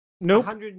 Nope